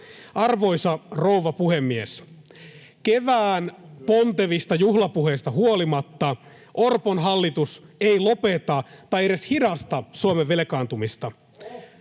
Arvoisa rouva puhemies! Kevään pontevista juhlapuheista huolimatta Orpon hallitus ei lopeta tai edes hidasta Suomen velkaantumista.